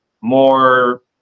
more